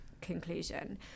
conclusion